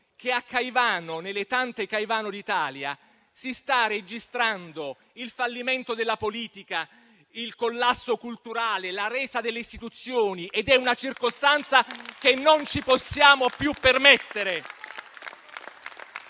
che a Caivano, come nelle tante Caivano d'Italia, si sta registrando il fallimento della politica, il collasso culturale, la resa delle istituzioni ed è una circostanza che non ci possiamo più permettere.